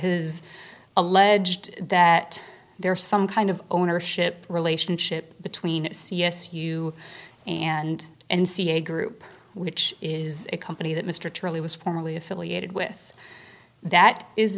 his alleged that there is some kind of ownership relationship between c s u and n c a a group which is a company that mr truly was formerly affiliated with that is